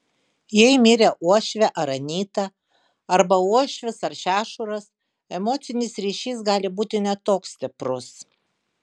jei mirė uošvė ar anyta arba uošvis ar šešuras emocinis ryšys gali būti ne toks stiprus